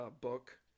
book